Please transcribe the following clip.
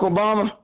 Obama